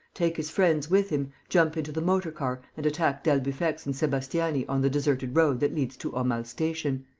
take his friends with him, jump into the motor-car and attack d'albufex and sebastiani on the deserted road that leads to aumale station.